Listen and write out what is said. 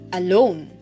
alone